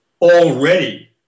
already